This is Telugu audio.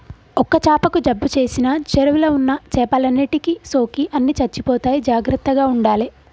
ఒక్క చాపకు జబ్బు చేసిన చెరువుల ఉన్న చేపలన్నిటికి సోకి అన్ని చచ్చిపోతాయి జాగ్రత్తగ ఉండాలే